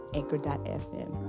anchor.fm